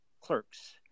clerks